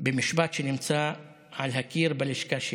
במשפט שנמצא על הקיר בלשכה שלי.